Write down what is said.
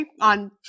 on